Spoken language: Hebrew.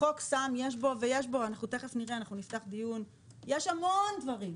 בחוק יש המון דברים